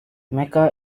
mecca